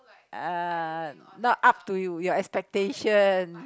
uh not up to you your expectation